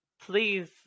please